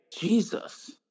Jesus